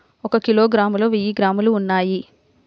ఒక కిలోగ్రామ్ లో వెయ్యి గ్రాములు ఉన్నాయి